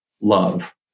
love